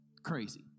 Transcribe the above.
Crazy